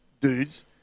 dudes